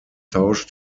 tausch